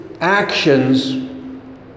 actions